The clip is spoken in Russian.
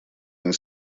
они